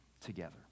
together